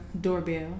doorbell